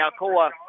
Alcoa